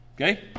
Okay